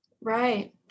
Right